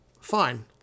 fine